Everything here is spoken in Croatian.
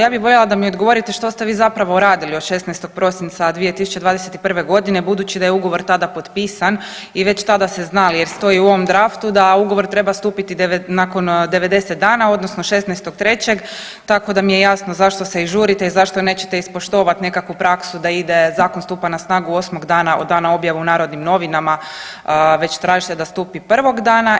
Ja bih voljela da mi odgovorite što ste vi zapravo radili od 16. prosinca 2021.g. budući da je ugovor tada potpisan i već tada ste znali jer stoji u ovom draftu da ugovor treba stupiti nakon 90 dana odnosno 16.3. tako da mi je jasno zašto se i žurite i zašto nećete ispoštovati nekakvu praksu da ide zakon stupa na snagu osmog dana od dana objave u NN već tražite da stupi prvog dana.